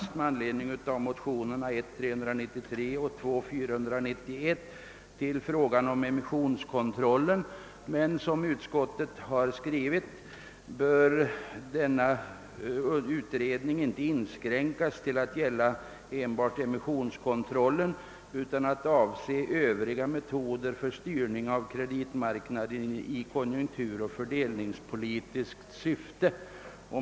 Denna begäran hänför sig närmast till motionerna I: 393 och II: 491 som behandlar emissionskontrollen. Som utskottet har skrivit bör utredningen inte inskränkas till att gälla enbart emissionskontrollen »utan avse även övriga metoder för styrning av kreditmarknaden i konjunkturoch fördelningspolitiskt syfte».